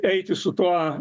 eiti su tuo